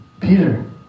Peter